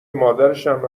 مادرشم